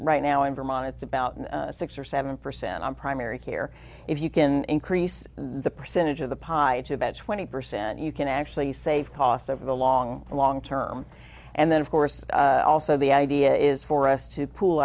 right now in vermont it's about six or seven percent on primary care if you can increase the percentage of the pie to about twenty percent and you can actually save costs over the long and long term and then of course also the idea is for us to p